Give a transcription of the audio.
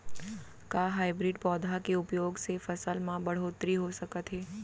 का हाइब्रिड पौधा के उपयोग से फसल म बढ़होत्तरी हो सकत हे?